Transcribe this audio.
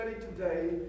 today